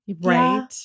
right